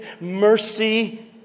mercy